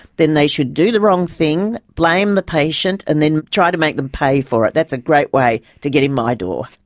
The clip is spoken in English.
then they should do the wrong thing, blame the patient and then try to make them pay for it. that's a great way to get in my door.